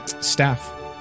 staff